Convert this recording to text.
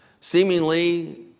Seemingly